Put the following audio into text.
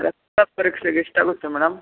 ರಕ್ತ ಪರೀಕ್ಷೆಗೆ ಎಷ್ಟಾಗುತ್ತೆ ಮೇಡಮ್